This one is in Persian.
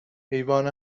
حیوان